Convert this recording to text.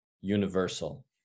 universal